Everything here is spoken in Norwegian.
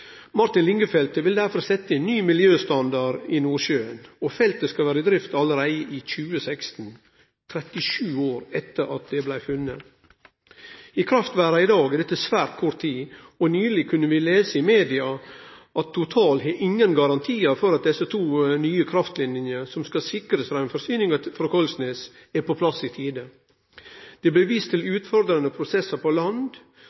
Martin Linge-feltet vil derfor setje ein ny miljøstandard i Nordsjøen. Feltet skal vere i drift allereie i 2016 – 37 år etter at det blei funne. I kraftverda i dag er dette svært kort tid, og nyleg kunne vi lese i media at Total har ingen garantiar for at desse to nye kraftlinjene som skal sikre straumforsyninga frå Kollsnes, er på plass i tide. Det blir vist til utfordrande prosessar på land,